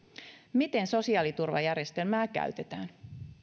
miten sosiaaliturvajärjestelmää käytetään